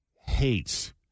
hates